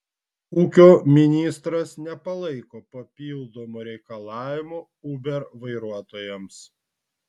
ūkio ministras nepalaiko papildomų reikalavimų uber vairuotojams